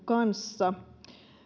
kanssa